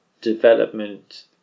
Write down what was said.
development